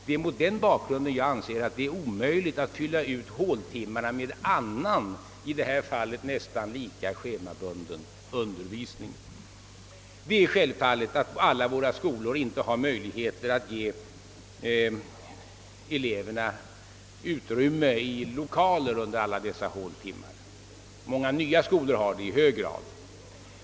Det är mot den bakgrunden jag anser att det är omöjligt att fylla ut håltimmarna med annan, i detta fall nästan lika schemabunden undervisning. Det är självfallet att inte alla våra skolor har möjligheter att ge eleverna utrymme i lokaler under alla dessa håltimmar. Många nya skolor har det i hög grad.